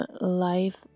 life